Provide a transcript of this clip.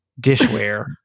dishware